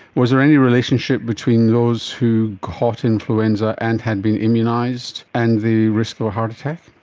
was there any relationship between those who caught influenza and had been immunised and the risk of a heart attack?